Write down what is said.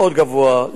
מאוד גבוהה.